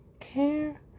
care